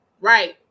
Right